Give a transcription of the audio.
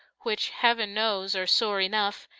which, heaven knows, are sore enough!